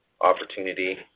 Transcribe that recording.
opportunity